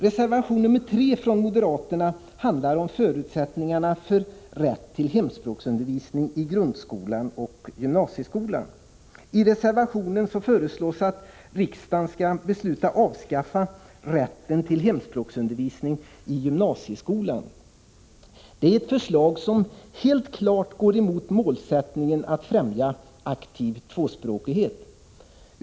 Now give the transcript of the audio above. Reservation nr 3 från moderaterna handlar om förutsättningarna för rätt till hemspråksundervisning i grundskolan och i gymnasieskolan. I reservationen föreslås att riksdagen beslutar avskaffa rätten till hemspråksundervisning i gymnasieskolan. Det är ett förslag som helt klart går emot målsättningen att främja aktiv tvåspråkighet.